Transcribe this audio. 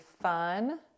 fun